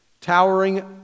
towering